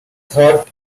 hot